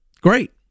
great